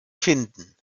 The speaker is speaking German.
finden